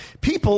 people